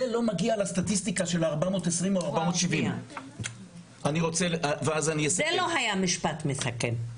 זה לא מגיע לסטטיסטיקה של ה-420 או 470. זה לא היה משפט מסכם.